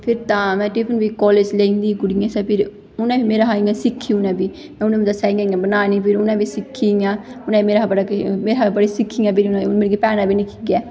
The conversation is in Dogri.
फिर तां में टिफन बी कालेज लेई जंदी ही कुड़ियें आस्तै फिर उ'नें बी मेरे कशा इ'यां सिक्खी उ'नें बी उ'नें बी दस्सेआ इ'यां इ'यां बनानी फिर उ'नें बी सिक्खी इ'यां उ'नें मेरे शा बड़ा मेरे शा बड़ा सिक्खी इ'यां भैने बी दिक्खियै